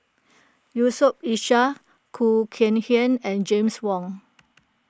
Yusof Ishak Khoo Kay Hian and James Wong